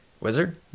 Wizard